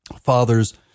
Fathers